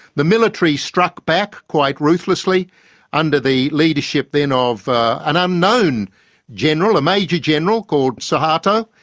the military struck back quite ruthlessly under the leadership then ah of an unknown general, a major general called suharto.